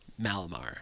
Malamar